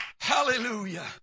hallelujah